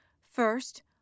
first